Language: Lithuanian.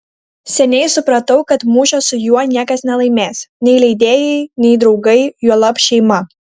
seniai supratau kad mūšio su juo niekas nelaimės nei leidėjai nei draugai juolab šeima